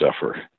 suffer